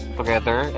together